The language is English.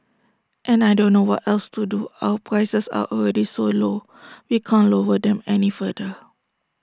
and I don't know what else to do our prices are already so low we can't lower them any further